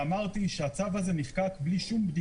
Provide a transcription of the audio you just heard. ואמרתי שהצו הזה --- בלי שום בדיקה.